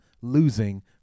losing